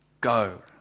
Go